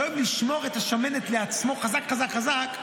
שאוהב לשמור את השמנת לעצמו חזק חזק חזק,